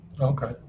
Okay